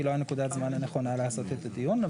לא נקודת הזמן הנכונה לעשות את הדיון.